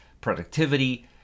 productivity